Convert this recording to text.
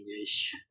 English